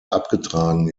abgetragen